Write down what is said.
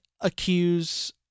accuse